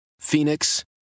Phoenix